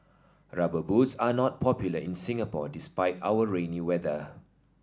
Rubber Boots are not popular in Singapore despite our rainy weather